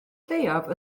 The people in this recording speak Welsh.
lleiaf